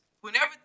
whenever